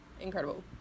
incredible